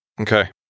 Okay